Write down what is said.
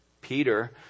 Peter